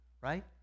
right